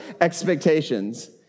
expectations